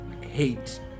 hate